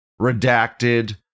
Redacted